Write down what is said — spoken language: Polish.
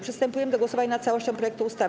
Przystępujemy do głosowania nad całością projektu ustawy.